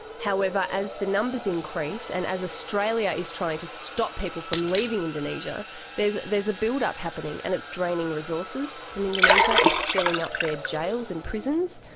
however, as the numbers increase and as australia is trying to stop people from leaving indonesia there is there is a build-up happening and it's draining resources from indonesia, it's filling up their jails and prisons,